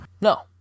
No